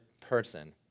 person